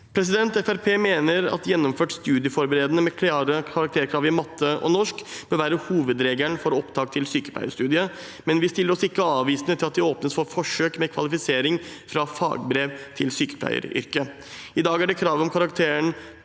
Fremskrittspartiet mener at gjennomført studieforberedende med klare karakterkrav i matematikk og norsk bør være hovedregelen for opptak til sykepleierstudiet, men vi stiller oss ikke avvisende til at det åpnes for forsøk med kvalifisering fra fagbrev til sykepleieryrket. I dag er det krav om karakteren